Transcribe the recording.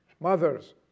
mothers